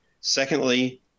Secondly